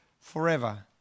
forever